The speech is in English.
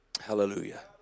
Hallelujah